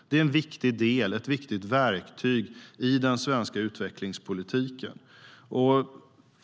Det är en viktig del, ett viktigt verktyg, i den svenska utvecklingspolitiken.